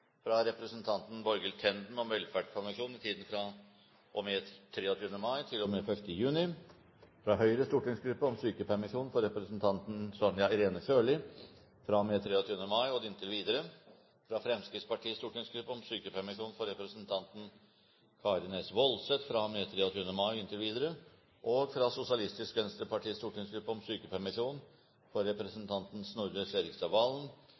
fra og med 23. mai til og med 1. juni fra Høyres stortingsgruppe om sykepermisjon for representanten Sonja Irene Sjøli fra og med 23. mai og inntil videre fra Fremskrittspartiets stortingsgruppe om sykepermisjon for representanten Karin S. Woldseth fra og med 23. mai og inntil videre fra Sosialistisk Venstrepartis stortingsgruppe om sykepermisjon for representanten Snorre Serigstad Valen